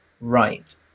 right